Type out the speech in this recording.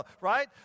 right